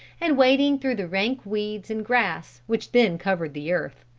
and wading through the rank weeds and grass which then covered the earth.